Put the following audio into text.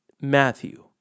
Matthew